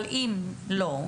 אבל אם לא?